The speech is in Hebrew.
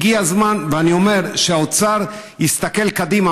אני אומר שהגיע הזמן שהאוצר יסתכל קדימה.